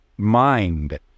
Mind